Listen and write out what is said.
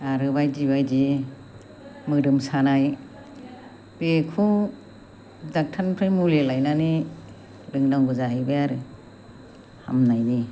आरो बायदि बायदि मोदोम सानाय बेखौ डक्ट'रनिफ्राय मुलि लायनानै लोंनांगौ जाहैबाय आरो हामनायनि